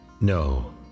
no